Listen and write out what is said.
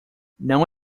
não